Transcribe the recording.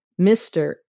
Mr